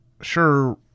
sure